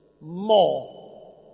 more